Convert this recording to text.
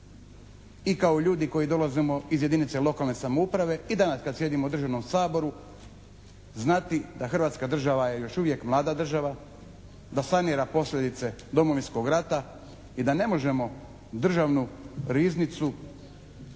i kao ljudi koji dolazimo iz jedinice lokalne samouprave i danas kad sjedimo u državnom Saboru znati da Hrvatska država je još uvijek mlada država, da sanira posljedice Domovinskog rata i da ne možemo državnu riznicu